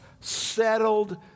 settled